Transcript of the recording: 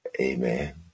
Amen